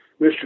Mr